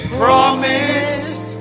promised